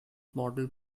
mortal